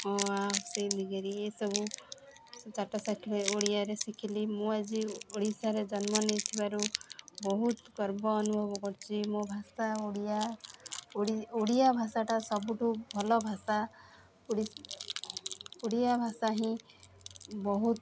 ଅ ଆ ହରସେଇ ଦିରଘେଇ ଏସବୁ ଓଡ଼ିଆରେ ଶିଖିଲି ମୁଁ ଆଜି ଓଡ଼ିଶାରେ ଜନ୍ମ ନେଇଥିବାରୁ ବହୁତ ଗର୍ବ ଅନୁଭବ କରୁଛି ମୋ ଭାଷା ଓଡ଼ିଆ ଓଡ଼ିଆ ଭାଷାଟା ସବୁଠୁ ଭଲ ଭାଷା ଓଡ଼ିଆ ଭାଷା ହିଁ ବହୁତ ଭଲ